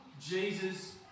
Jesus